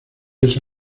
esa